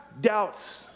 doubts